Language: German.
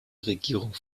regierung